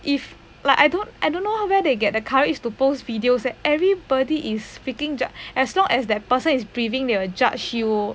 if like I don't I don't know where they get the courage to posts videos that everybody is freaking judge as long as that person is breathing they will judge you